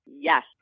Yes